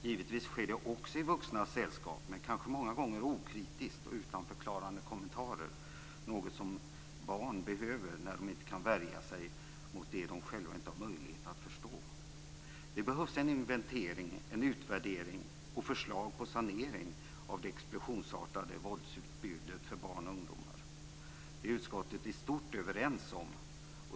Givetvis sker det också i vuxnas sällskap, men kanske många gånger okritiskt och utan förklarande kommentarer - något som barn behöver när de inte kan värja sig mot det de själva inte har möjlighet att förstå. Det behövs en inventering, en utvärdering och förslag på sanering av det explosionsartade våldsutbudet för barn och ungdomar. Detta är utskottet i stort överens om.